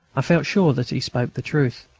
i felt sure that he spoke the truth,